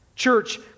Church